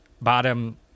bottom